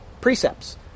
precepts